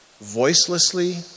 voicelessly